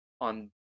on